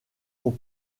aux